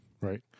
Right